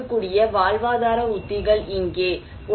மக்கள் எடுக்கக்கூடிய வாழ்வாதார உத்திகள் இங்கே